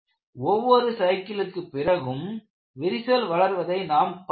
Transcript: ஒவ்வொரு சைக்கிளுக்கு பிறகும் விரிசல் வளர்வதை நாம் பார்த்தோம்